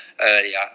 earlier